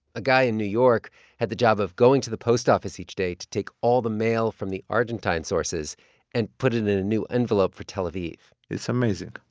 a guy in new york had the job of going to the post office each day to take all the mail from the argentine sources and put it in a new envelope for tel aviv it's amazing.